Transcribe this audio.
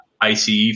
ICE